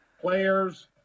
players